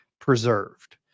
preserved